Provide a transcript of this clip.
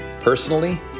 Personally